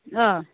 অঁ